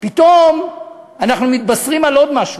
אבל פתאום אנחנו מתבשרים על עוד משהו,